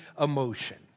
emotion